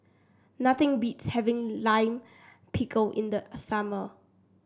nothing beats having Lime Pickle in the summer